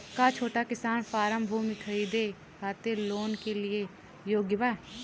का छोटा किसान फारम भूमि खरीदे खातिर लोन के लिए योग्य बा?